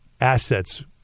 assets